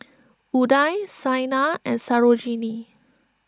Udai Saina and Sarojini